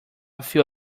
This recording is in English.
feel